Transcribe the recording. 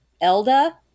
Elda